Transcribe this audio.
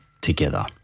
together